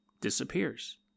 Disappears